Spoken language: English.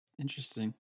Interesting